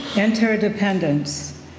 Interdependence